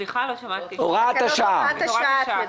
את הוראת השעה.